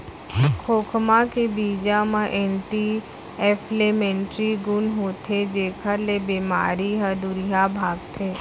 खोखमा के बीजा म एंटी इंफ्लेमेटरी गुन होथे जेकर ले बेमारी ह दुरिहा भागथे